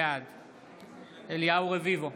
בעד אליהו רביבו,